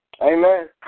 Amen